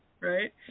right